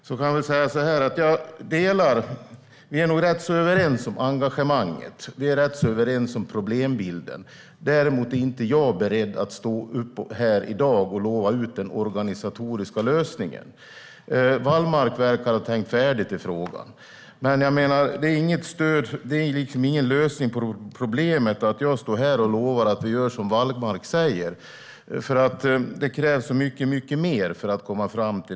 Men jag kan säga att vi nog är rätt så överens om engagemanget och om problembilden. Däremot är jag inte beredd att stå här i dag och lova ut den organisatoriska lösningen. Wallmark verkar ha tänkt färdigt i frågan, men det är liksom ingen lösning på problemet att jag står här och lovar att vi gör som Wallmark säger, för det krävs så mycket mer för att komma fram.